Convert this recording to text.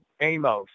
Amos